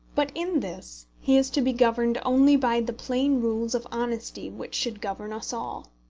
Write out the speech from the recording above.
but in this he is to be governed only by the plain rules of honesty which should govern us all.